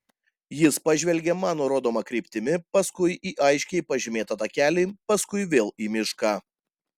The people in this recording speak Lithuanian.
jis pažvelgė mano rodoma kryptimi paskui į aiškiai pažymėtą takelį paskui vėl į mišką